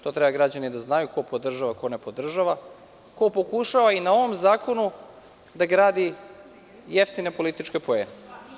To treba građani da znaju, ko podržava a ko ne podržava, ko pokušava i na ovom zakonu da gradi jeftine političke poene.